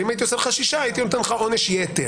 אם הייתי עושה לך שישה, הייתי נותן לך עונש יתר.